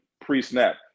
pre-snap